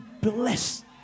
bless